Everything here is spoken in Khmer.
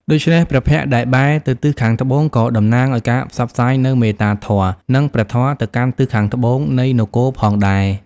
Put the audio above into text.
ដូច្នេះ ព្រះភ័ក្ត្រដែលបែរទៅទិសខាងត្បូងក៏តំណាងឱ្យការផ្សព្វផ្សាយនូវមេត្តាធម៌ និងព្រះធម៌ទៅកាន់ទិសខាងត្បូងនៃនគរផងដែរ។